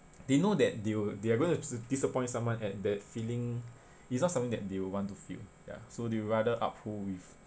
they know that they'll they're gonna disappoint someone and that feeling is not something that they will want to feel ya so they would rather uphold with